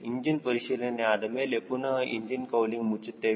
engine ಪರಿಶೀಲನೆ ಆದಮೇಲೆ ಪುನಹ ಇಂಜಿನ್ ಕೌಲಿಂಗ್ ಮುಚ್ಚುತ್ತೇವೆ